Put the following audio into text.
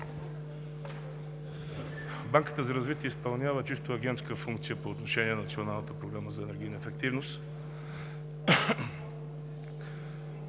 банка за развитие изпълнява чисто агентска функция по отношение на Националната програма за енергийна ефективност.